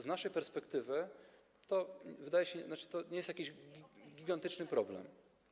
Z naszej perspektywy to wydaje się... tzn. to nie jest jakiś gigantyczny problem.